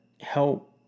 help